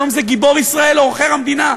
היום זה גיבור ישראל או עוכר המדינה,